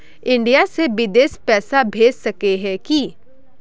India से बिदेश पैसा भेज सके है की?